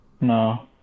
no